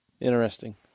Interesting